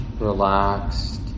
relaxed